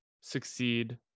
succeed